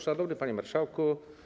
Szanowny Panie Marszałku!